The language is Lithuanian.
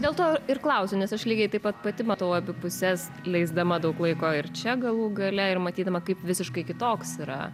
dėl to ir klausiu nes aš lygiai taip pat pati matau abi puses leisdama daug laiko ir čia galų gale ir matydama kaip visiškai kitoks yra